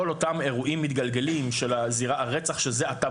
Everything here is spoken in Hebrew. כל אותם אירועים מתגלגלים של הרצח שזה עתה